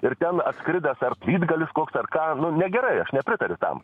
ir ten atskridęs ar plytgalis koks ar ką nu negerai aš nepritariu tam